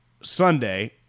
Sunday